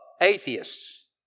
atheists